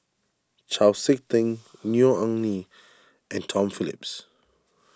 Chau Sik Ting Neo Anngee and Tom Phillips